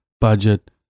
budget